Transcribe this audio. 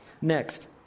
Next